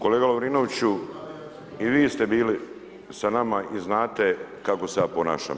Kolega Lovirnovću i vi ste bili sa nama i znate kako se ja ponašam.